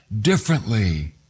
differently